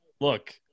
look